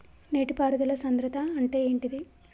నీటి పారుదల సంద్రతా అంటే ఏంటిది?